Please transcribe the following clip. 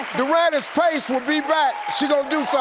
duranice pace will be back. she gon' do